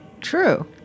true